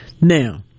Now